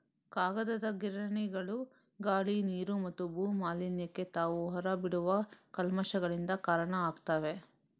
ಕಾಗದದ ಗಿರಣಿಗಳು ಗಾಳಿ, ನೀರು ಮತ್ತು ಭೂ ಮಾಲಿನ್ಯಕ್ಕೆ ತಾವು ಹೊರ ಬಿಡುವ ಕಲ್ಮಶಗಳಿಂದ ಕಾರಣ ಆಗ್ತವೆ